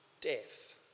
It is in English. death